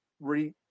re